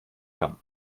hirn